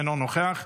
אינו נוכח,